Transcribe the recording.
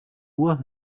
uhr